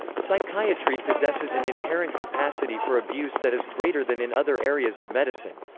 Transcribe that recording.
psychiatry possesses an inherent capacity for abuse that is greater than in other areas of medicine.